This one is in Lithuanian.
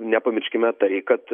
nepamirškime tai kad